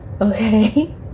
Okay